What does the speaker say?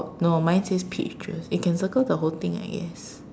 no mine says peach juice you can circle the whole thing I guess